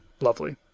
lovely